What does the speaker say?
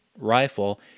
rifle